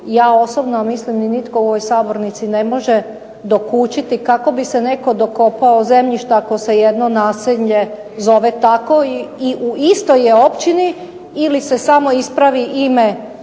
Ja osobno, a mislim ni nitko u ovoj sabornici ne može dokučiti kako bi se netko dokopao zemljišta ako se jedno naselje zove tako i u istoj je općini ili se samo ispravi ime